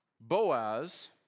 Boaz